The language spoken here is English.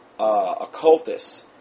Occultists